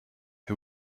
who